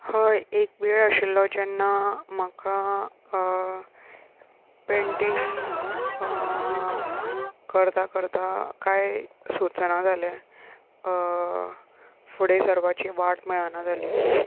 हय एक वेळ आशिल्लो जेन्ना म्हाका पेंटींग करतां करतां कांय सुचना जालें फुडें सरपाची वाट मेळना जाली